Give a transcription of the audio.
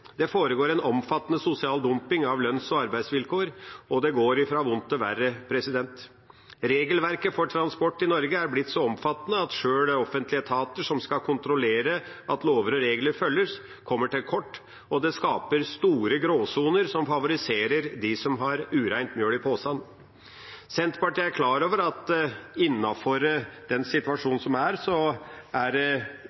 Det foregår en omfattende sosial dumping av lønns- og arbeidsvilkår, og det går fra vondt til verre. Regelverket for transport i Norge er blitt så omfattende at sjøl offentlige etater som skal kontrollere at lover og regler følges, kommer til kort, og det skaper store gråsoner som favoriserer dem som har urent mel i posen. Senterpartiet er klar over at innenfor den